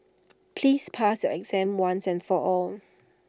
please pass your exam once and for all